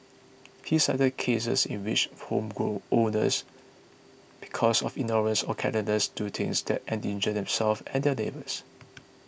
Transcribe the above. he cited cases in which homeowners because of ignorance or carelessness do things that endanger themselves and their neighbours